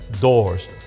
doors